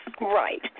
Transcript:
Right